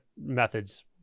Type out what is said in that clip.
methods